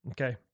Okay